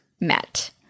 met